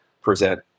present